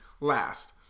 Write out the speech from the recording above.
last